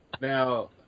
Now